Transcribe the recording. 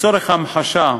לצורך ההמחשה,